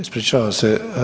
Ispričavam se.